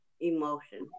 emotion